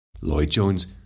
Lloyd-Jones